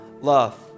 love